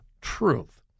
truth